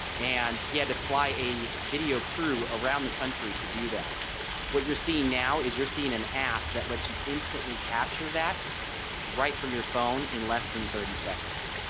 and he had to fly a video crew around the country to do that what you're seeing now is you're seeing an app that lets you instantly capture that right from your phone. in less than thirty seconds.